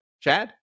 Chad